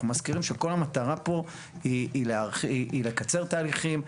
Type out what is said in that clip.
אנחנו מזכירים שכל המטרה פה היא לקצר תהליכים,